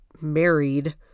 married